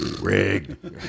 Rigged